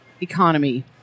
economy